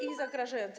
i zagrażające.